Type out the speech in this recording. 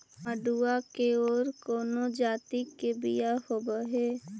मडूया के और कौनो जाति के बियाह होव हैं?